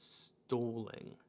stalling